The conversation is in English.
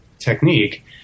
technique